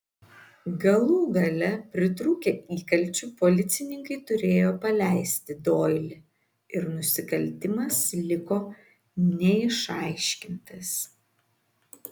galų gale pritrūkę įkalčių policininkai turėjo paleisti doilį ir nusikaltimas liko neišaiškintas